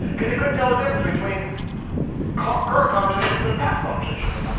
cause he couldn't tell the difference between current current conversations and past conversations.